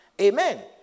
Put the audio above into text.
Amen